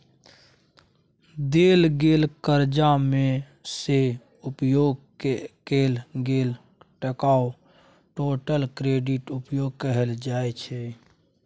देल गेल करजा मे सँ उपयोग कएल गेल टकाकेँ टोटल क्रेडिट उपयोग कहल जाइ छै